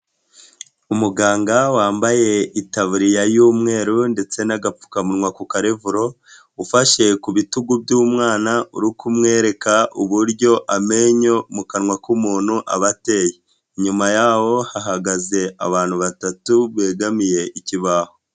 Umuganga wambaye itaburiya y'umweru ndetse n'agapfukamunwa ku karevuro, ufashe ku bitugu by'umwana uru kumwereka uburyo amenyo mu kanwa k'umuntu aba ateye. Inyuma yabo hahagaze abantu batatu begamiye ikibaho.